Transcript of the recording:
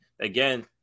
Again